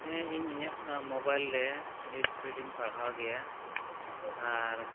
ᱦᱮᱸ ᱤᱧ ᱤᱧᱟᱹᱜ ᱢᱳᱵᱟᱭᱤᱞ ᱨᱮ ᱱᱤᱭᱩᱡᱽ ᱯᱷᱤᱰ ᱤᱧ ᱯᱟᱲᱦᱟᱣ ᱜᱮᱭᱟ ᱟᱨ